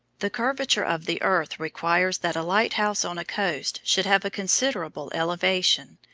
the curvature of the earth requires that a light-house on a coast should have a considerable elevation,